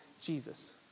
Jesus